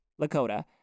Lakota